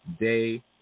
day